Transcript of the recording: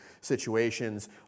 situations